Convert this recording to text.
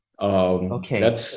Okay